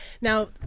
now